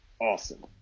awesome